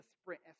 sprint